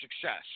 success